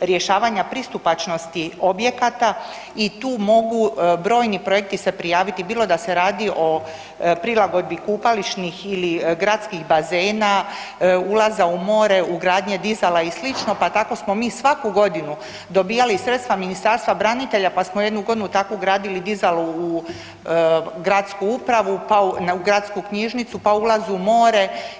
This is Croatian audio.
rješavanja pristupačnosti objekata i tu mogu brojni projekti se prijaviti bilo da se radi o prilagodbi kupališnih ili gradskih bazena, ulaza u more, ugradnje dizala i sl., Pa tako smo mi svaku godinu dobivali sredstva Ministarstva branitelja, pa smo jednu godinu tako gradili i dizalo u gradsku upravu, pa u gradsku knjižnicu, pa ulaz u more.